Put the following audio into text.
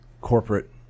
corporate